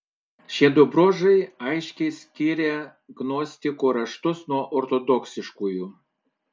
šiedu bruožai aiškiai skiria gnostikų raštus nuo ortodoksiškųjų